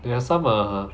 there are some uh